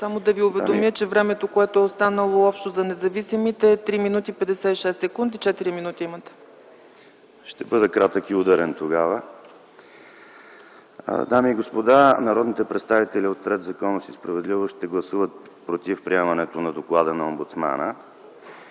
Само да Ви уведомя, че времето, което е останало, общо за независимите е 3 мин. 56 сек. – 4 минути имате! ЕМИЛ ВАСИЛЕВ: Ще бъда кратък и ударен тогава. Дами и господа, народните представители от „Ред, законност и справедливост” ще гласуват против приемането на Доклада на омбудсмана.